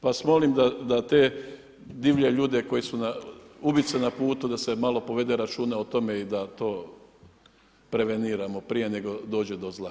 Pa vas molim da te divlje ljude koji su ubice na putu, da se malo povede računa o tome i da to preveniramo prije nego dođe do zla.